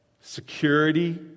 security